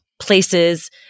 places